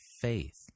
faith